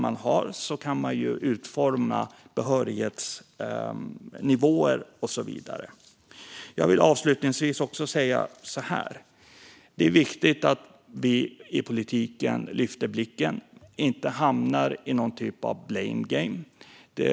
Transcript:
Man kan utforma behörighetsnivåer utifrån de olika roller man har och så vidare. Det är viktigt att vi i politiken lyfter blicken och inte hamnar i någon typ av blame game.